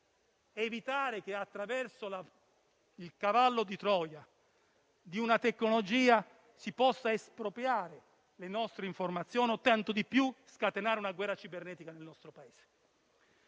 evitare che, attraverso il cavallo di Troia della tecnologia, si possano espropriare le nostre informazioni o, peggio ancora, scatenare una guerra cibernetica nel nostro Paese.